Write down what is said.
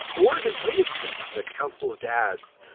or his latest book, the council of dads,